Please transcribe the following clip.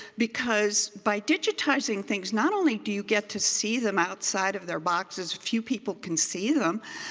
because by digitizing things, not only do you get to see them outside of their boxes few people can see them.